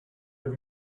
have